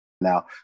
Now